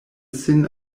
sin